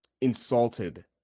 insulted